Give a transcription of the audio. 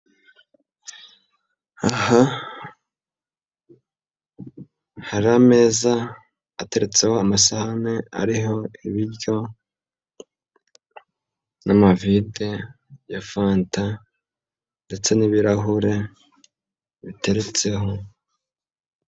Aha hari ameza ateretseho amasahani ariho ibiryo n'amavide ya fanta ndetse n'ibirahure biteretseho.